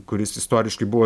kuris istoriškai buvo